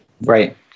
right